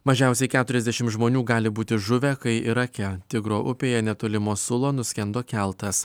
mažiausiai keturiasdešim žmonių gali būti žuvę kai irake tigro upėje netoli mosulo nuskendo keltas